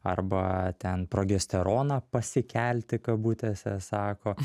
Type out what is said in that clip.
arba ten progesteroną pasikelti kabutėse sako